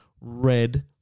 red